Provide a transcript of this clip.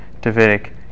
Davidic